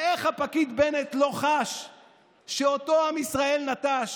ואיך הפקיד בנט לא חש שאותו עם ישראל נטש?